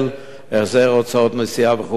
החזר הוצאות נסיעה וחופשות.